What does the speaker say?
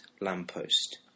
lamppost